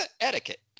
etiquette